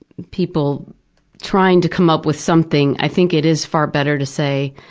people trying to come up with something. i think it is far better to say,